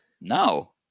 No